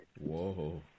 Whoa